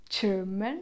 German